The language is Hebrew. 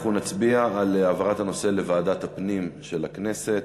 אנחנו נצביע על העברת הנושא לוועדת הפנים של הכנסת.